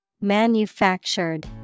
Manufactured